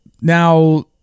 Now